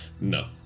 No